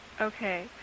Okay